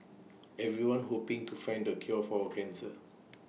everyone's hoping to find the cure for cancer